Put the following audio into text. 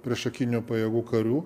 priešakinių pajėgų karių